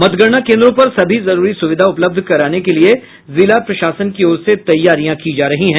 मतगणना केंद्रों पर सभी जरूरी सुविधा उपलब्ध कराने के लिये जिला प्रशासन की ओर से तैयारियां की जा रही हैं